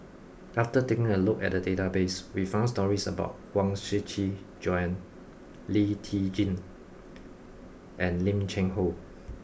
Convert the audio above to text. after taking a look at the database we found stories about Huang Shiqi Joan Lee Tjin and Lim Cheng Hoe